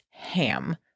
ham